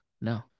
No